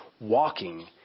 walking